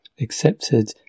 accepted